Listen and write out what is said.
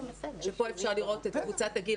שפה אפשר לראות את קבוצת את קבוצת הגיל